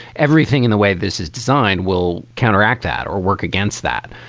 everything in the way this is designed will counteract that or work against that.